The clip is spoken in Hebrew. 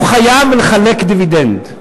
הוא חייב לחלק דיבידנד.